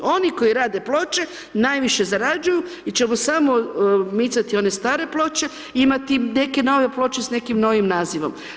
Oni koji rade ploče najviše zarađuju, mi ćemo samo micati one stare ploče, imati neke nove ploče s nekim novim nazivom.